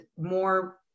more